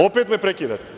Opet me prekidate?